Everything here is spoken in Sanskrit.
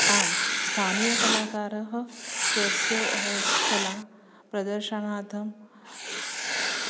आं स्थानीयकलाकारः स्वस्य कलाप्रदर्शनार्थं